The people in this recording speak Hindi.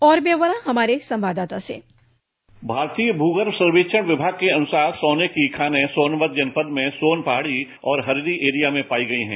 और ब्यौरा हमारे संवाददाता से भारतीय भूगर्भ सर्वेक्षण विभाग के अनुसार सोने की खानें सोनभद्र जनपद में सोन पहाड़ी और हरदी एरिया में पाई गई हैं